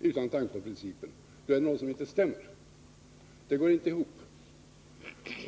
utan en tanke på principen. Då är det någonting som inte stämmer, då går det inte ihop.